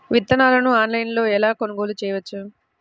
విత్తనాలను ఆన్లైనులో ఎలా కొనుగోలు చేయవచ్చు?